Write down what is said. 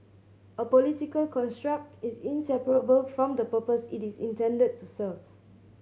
a political construct is inseparable from the purpose it is intended to serve